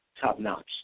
top-notch